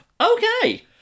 Okay